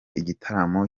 igitaramo